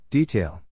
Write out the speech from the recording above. Detail